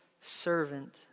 servant